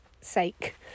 sake